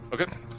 Okay